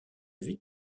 vite